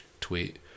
tweet